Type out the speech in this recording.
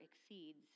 exceeds